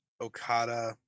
okada